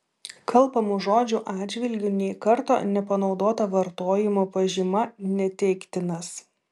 kalbamų žodžių atžvilgiu nė karto nepanaudota vartojimo pažyma neteiktinas